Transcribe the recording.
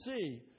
see